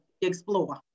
explore